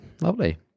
Lovely